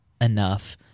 enough